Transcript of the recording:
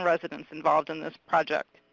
residents involved in this project.